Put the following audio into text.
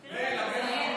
האומנה,